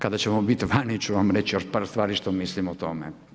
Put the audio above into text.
Kada ćemo biti vani ću vam reći još par stvari što mislim o tome.